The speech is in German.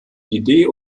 idee